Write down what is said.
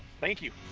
thank you!